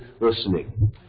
listening